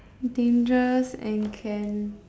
dangerous and can